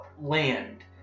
land